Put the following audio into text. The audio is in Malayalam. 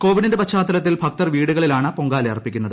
കോവിഡിന്റെ പശ്ചാത്തലത്തിൽ ഭക്തർ വീടുകളിലാണ് പൊങ്കാല അർപ്പിക്കുന്നത്